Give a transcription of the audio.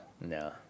No